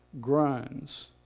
groans